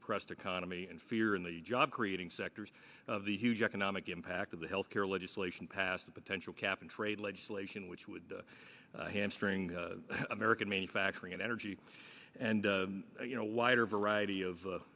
depressed economy and fear in the job creating sectors of the huge economic impact of the health care legislation passed the potential cap and trade legislation which would hamstring american manufacturing and energy and you know wider variety of